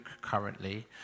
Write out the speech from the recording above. currently